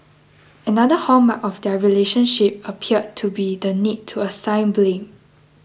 another hallmark of their relationship appeared to be the need to assign blame